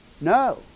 No